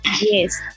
Yes